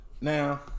Now